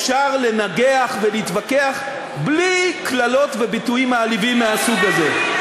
אפשר לנגח ולהתווכח בלי קללות וביטויים מעליבים מהסוג הזה.